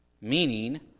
Meaning